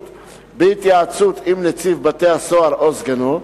בהתייעצות עם נציב בתי-הסוהר או סגנו.